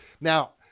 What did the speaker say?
Now